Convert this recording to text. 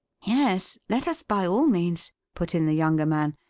yes, let us by all means, put in the younger man.